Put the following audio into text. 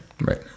Right